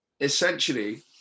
essentially